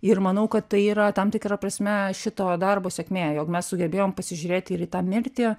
ir manau kad tai yra tam tikra prasme šito darbo sėkmė jog mes sugebėjom pasižiūrėti ir į tą mirtį